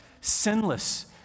sinless